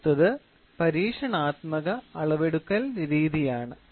അവസാനത്തേത് പരീക്ഷണാത്മക അളവെടുക്കൽ രീതിയാണ്